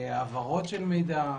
הבהרות של מידע,